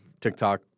TikTok